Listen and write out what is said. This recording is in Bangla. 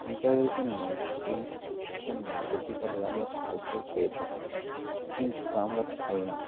নেতাদের জন্য এই জন্য প্রতিকারের আমরা সাহায্য চেয়ে থাকি কিন্তু তা আমরা পাই না